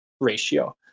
ratio